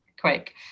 quick